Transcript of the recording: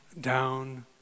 down